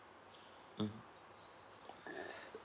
mmhmm